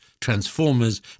transformers